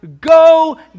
go